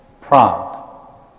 proud